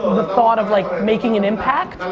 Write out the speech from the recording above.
the thought of like making an impact